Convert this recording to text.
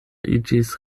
iĝis